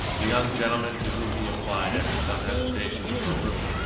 the young gentleman to whom he applied, after some hesitation, for a room,